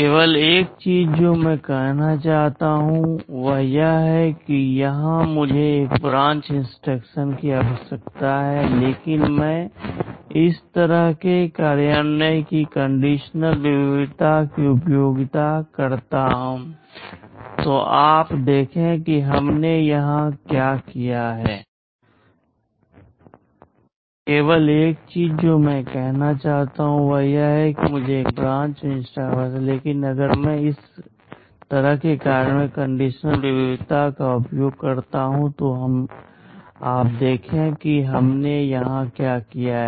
केवल एक चीज जो मैं कहना चाहता हूं वह यह है कि यहां मुझे एक ब्रांच इंस्ट्रक्शन की आवश्यकता है लेकिन अगर मैं इस तरह के कार्यान्वयन की कंडीशनल विविधता का उपयोग करता हूं तो आप देखें कि हमने यहां क्या किया है